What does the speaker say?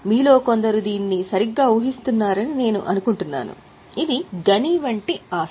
మీలో కొందరు దీన్ని సరిగ్గా ఊహిస్తున్నారని నేను అనుకుంటున్నాను ఇది గని వంటి ఆస్తి